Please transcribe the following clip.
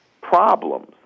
problems